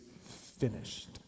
finished